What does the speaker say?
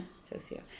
socio